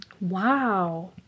Wow